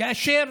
כאשר